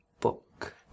book